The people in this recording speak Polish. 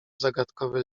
zagadkowy